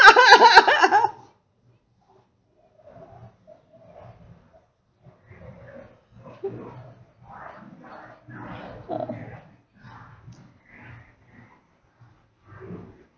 uh